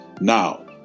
now